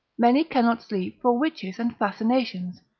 many cannot sleep for witches and fascinations,